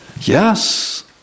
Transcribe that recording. Yes